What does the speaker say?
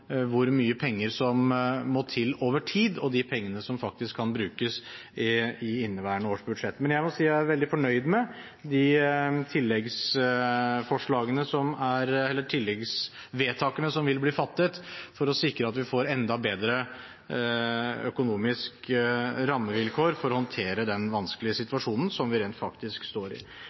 hvor mye penger som må til over tid, og de pengene som faktisk kan brukes i inneværende års budsjett. Men jeg må si at jeg er veldig fornøyd med de tilleggsvedtakene som vil bli fattet for å sikre at vi får enda bedre økonomiske rammevilkår for å håndtere den vanskelige situasjonen som vi rent faktisk står i.